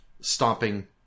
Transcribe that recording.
stopping